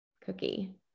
cookie